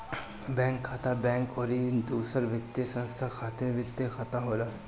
bank खाता, bank अउरी दूसर वित्तीय संस्था खातिर वित्तीय खाता होला